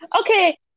Okay